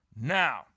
Now